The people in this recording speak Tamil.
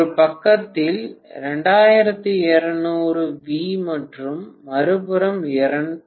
ஒரு பக்கத்தில் 2200 V மற்றும் மறுபுறம் 220 V